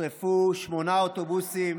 נשרפו שמונה אוטובוסים